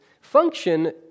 function